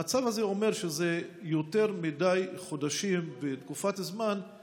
המצב הזה אומר שזה יותר מדי חודשים שמאות